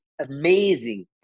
amazing